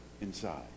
inside